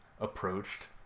approached